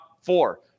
four